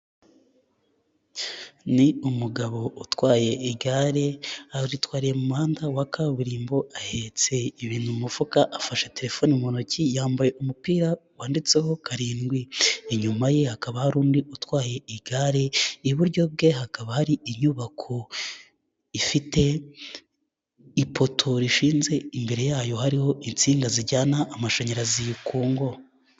Ni umugabo utwaye igare aritwariye mu muhanda wa kaburimbo ahetse ibintu mu mufuka afashe telefoni mu ntoki yambaye umupira wanditseho karindwi, inyuma ye hakaba hari undi utwaye igare, iburyo bwe hakaba hari inyubako ifite ipoto rishinze imbere yayo hariho insinga zijyana amashanyarazi ku ngo.